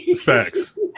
Facts